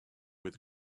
with